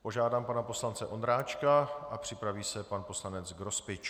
Požádám pana poslance Ondráčka a připraví se pan poslanec Grospič.